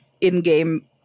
in-game